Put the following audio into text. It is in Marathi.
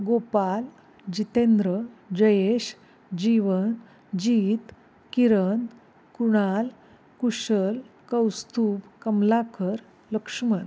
गोपाल जितेंद्र जयेश जीवन जीत किरन कुणाल कुशल कौस्तूब कमलाकर लक्ष्मन